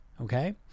okay